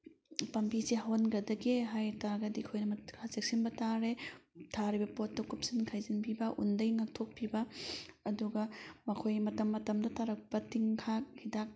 ꯄꯥꯝꯕꯤꯁꯦ ꯍꯧꯍꯟꯒꯗꯒꯦ ꯍꯥꯏꯕꯇꯥꯔꯒꯗꯤ ꯑꯩꯈꯣꯏꯅ ꯈꯔ ꯆꯦꯛꯁꯤꯟꯕ ꯇꯥꯔꯦ ꯊꯥꯔꯤꯕ ꯄꯣꯠꯇꯣ ꯀꯨꯞꯁꯟ ꯍꯥꯏꯖꯤꯟꯕꯤꯕ ꯎꯟꯗꯒꯤ ꯉꯥꯛꯊꯣꯛꯄꯤꯕ ꯑꯗꯨꯒ ꯃꯈꯣꯏ ꯃꯇꯝ ꯃꯇꯝꯗ ꯇꯥꯔꯛꯄ ꯇꯤꯟꯍꯥꯠ ꯍꯤꯗꯥꯛ